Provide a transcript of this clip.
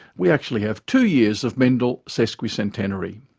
we actually have two years of mendel sesquicentenary.